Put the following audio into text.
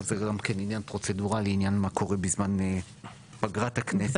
פה זה גם עניין פרוצדורלי לעניין מה קורה בפגרת הכנסת,